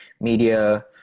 media